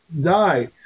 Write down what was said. die